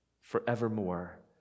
forevermore